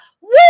woo